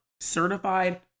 certified